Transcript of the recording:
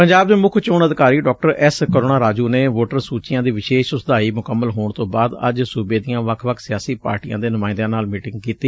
ਪੰਜਾਬ ਦੇ ਮੁੱਖ ਚੋਣ ਅਧਿਕਾਰੀ ਡਾ ਐਸ ਕਰੁਣਾ ਰਾਜੁ ਨੇ ਵੋਟਰ ਸੁਚੀਆਂ ਦੀ ਵਿਸ਼ੇਸ਼ ਸੁਧਾਈ ਮੁਕੰਮਲ ਹੋਣ ਤੋ ਬਾਅਦ ਅੱਜ ਸੁਬੇ ਦੀਆਂ ਵੱਖ ਸਿਆਸੀ ਪਾਰਟੀਆਂ ਦੇ ਨੁਮਾਇੰਦਿਆਂ ਨਾਲ ਮੀਟਿੰਗ ਕੀਤੀ